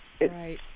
Right